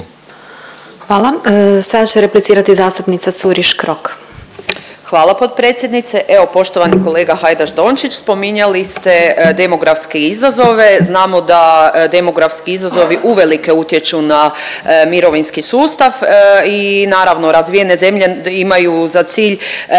Hvala. Sada će replicirati zastupnica Curiš Krok. **Curiš Krok, Anita (SDP)** Hvala potpredsjednice. Evo poštovani kolega Hajdaš Dončić spominjali ste demografske izazove. Znamo da demografski izazovi uvelike utječu na mirovinski sustav i naravno razvijene zemlje imaju za cilj